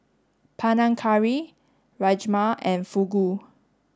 Panang Curry Rajma and Fugu